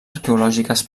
arqueològiques